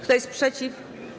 Kto jest przeciw?